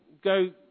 go